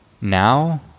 Now